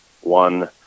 one